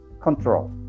control